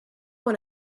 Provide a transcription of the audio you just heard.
one